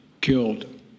killed